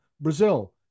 Brazil